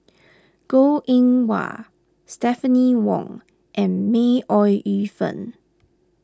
Goh Eng Wah Stephanie Wong and May Ooi Yu Fen